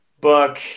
book